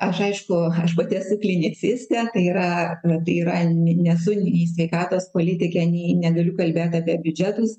aš aišku aš pati esu klinicistėtai yra tai yra nesu nei sveikatos politikė nei negaliu kalbėt apie biudžetus